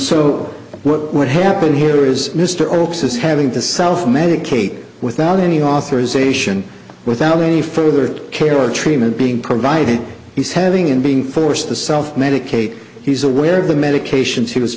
so what would happen here is mr oakes is having to self medicate without any authorization without any further care or treatment being provided he's having him being forced to self medicate he's aware of the medications he was